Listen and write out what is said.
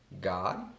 God